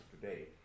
today